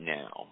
now